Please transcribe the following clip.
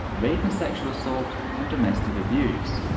rape and sexual assault, and domestic abuse.